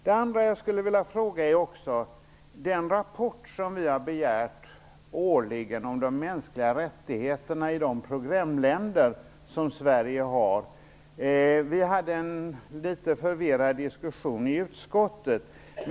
Det andra jag skulle vilja fråga gäller den rapport som vi har begärt att få årligen om de mänskliga rättigheterna i de programländer som Sverige har. Vi hade en litet förvirrad diskussion i utskottet.